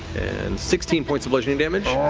and sixteen points of bludgeoning damage.